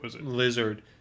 lizard